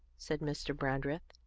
said mr. brandreth,